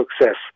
success